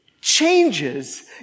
changes